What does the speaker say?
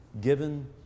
given